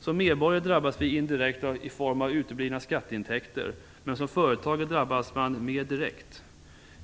Som medborgare drabbas vi indirekt genom uteblivna skatteintäkter, men som företagare drabbas man mer direkt.